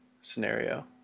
scenario